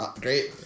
Great